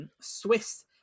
Swiss